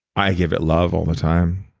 i give it love all the time.